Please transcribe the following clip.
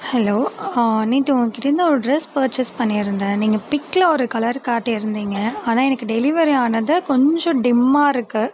hello நேற்று உங்ககிட்டேருந்து ஒரு ட்ரெஸ் பர்ச்சேஸ் பண்ணியிருந்தேன் நீங்கள் பிக்ல ஒரு கலர்ரு காட்டி இருந்திங்கள் ஆனால் எனக்கு டெலிவரி ஆனது கொஞ்சம் டிம்மாக இருக்குது